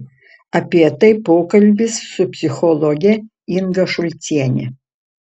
apie tai pokalbis su psichologe inga šulciene